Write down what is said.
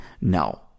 no